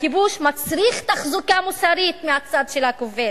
הכיבוש מצריך תחזוקה מוסרית מהצד של הכובש,